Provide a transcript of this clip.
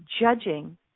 judging